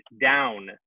down